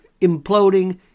imploding